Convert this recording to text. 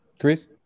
Chris